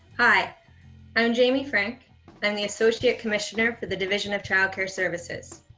hi i'm jamie frank i'm the associate commissioner for the division of child care services.